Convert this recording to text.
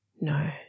No